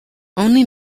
only